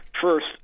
First